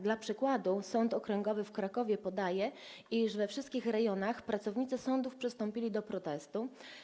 Dla przykładu Sąd Okręgowy w Krakowie podaje, iż we wszystkich rejonach pracownicy sądów przystąpili do protestu.